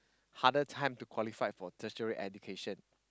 harder to qualified for tertiary education